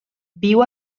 viu